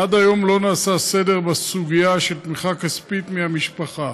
עד היום לא נעשה סדר בסוגיה של תמיכה כספית מהמשפחה.